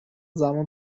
زمان